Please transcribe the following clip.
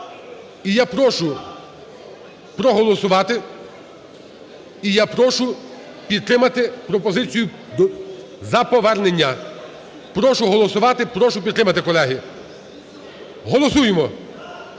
І я прошу проголосувати, і я прошу підтримати пропозицію за повернення, прошу голосувати, прошу підтримати, колеги, голосуємо,